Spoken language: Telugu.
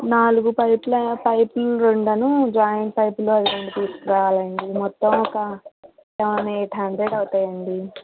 నాలుగు పైపు ల పైపింగుండను జాయింట్ పైపులు అవి రెండు తీసుకురావాలండి మొత్తం ఒక సెవెన్ ఎయిట్ హండ్రెడ్ అవుతాయండి